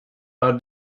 are